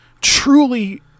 truly